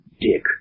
dick